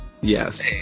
yes